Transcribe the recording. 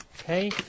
Okay